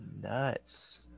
nuts